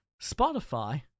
Spotify